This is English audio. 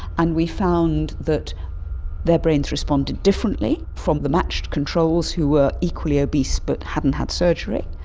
and we found that their brains responded differently from the matched controls who were equally obese but hadn't had surgery.